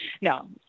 No